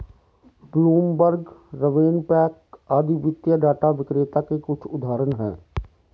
Bloomberg, RavenPack आदि वित्तीय data विक्रेता के कुछ उदाहरण हैं